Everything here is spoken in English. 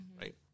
Right